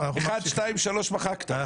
1, 2, 3 מחקת.